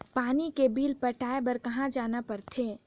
पानी के बिल पटाय बार कहा जाना पड़थे?